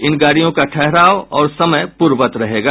इन गाड़ियों का ठहराव और समय पूर्ववत रहेगा